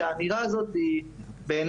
שבעיניי האמירה הזאת היא מקוממת.